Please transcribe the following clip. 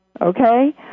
okay